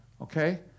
okay